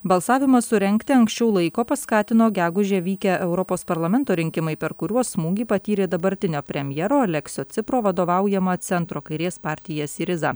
balsavimą surengti anksčiau laiko paskatino gegužę vykę europos parlamento rinkimai per kuriuos smūgį patyrė dabartinio premjero aleksio cipro vadovaujama centro kairės partija siriza